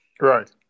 Right